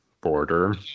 border